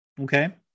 okay